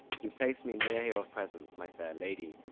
who placed me near your presence, my fair lady.